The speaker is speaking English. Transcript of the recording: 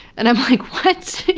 and i'm like, what?